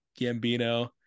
Gambino